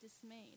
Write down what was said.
dismayed